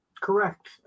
Correct